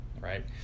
right